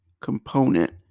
component